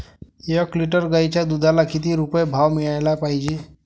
एक लिटर गाईच्या दुधाला किती रुपये भाव मिळायले पाहिजे?